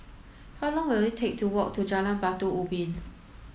how long will it take to walk to Jalan Batu Ubin